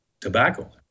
tobacco